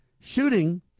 Shooting